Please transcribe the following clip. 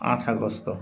আঠ আগষ্ট